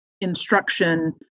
instruction